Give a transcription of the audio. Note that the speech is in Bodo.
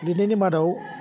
लिरनायनि मादाव